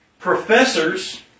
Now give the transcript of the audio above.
Professors